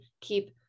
keep